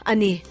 Ani